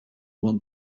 want